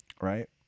right